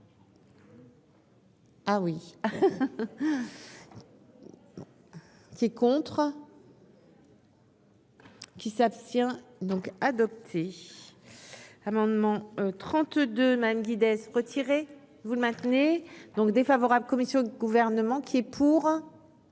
Ah oui, qui est contre. Qui s'abstient donc adopté. Amendement 32 McGuinness retirer vous le maintenez donc défavorable commission du gouvernement qui est pour.